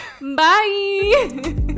Bye